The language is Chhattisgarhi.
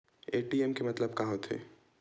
ए.टी.एम के मतलब का होथे?